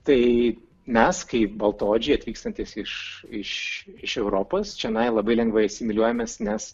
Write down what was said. tai mes kaip baltaodžiai atvykstantys iš iš iš europos čionai labai lengvai asimiliuojamės nes